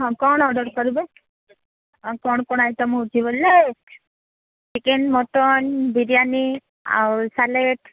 ହଁ କ'ଣ ଅର୍ଡ଼ର୍ କରିବେ କ'ଣ କ'ଣ ଆଇଟମ୍ ହେଉଛି ବୋଲେ ଚିକେନ୍ ମଟନ୍ ବିରିଆନୀ ଆଉ ସାଲେଟ୍